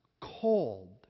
cold